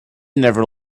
never